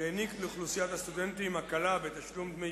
ומעניק לאוכלוסיית הסטודנטים הקלה בתשלום דמי